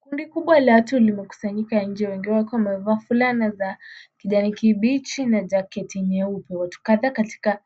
Kundi kubwa la watu limekusanyika nje wengine wakiwa wamevaa fulana za kijani kibichi na jaketi nyeupe. Watu kadhaa katikati